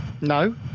No